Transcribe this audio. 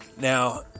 Now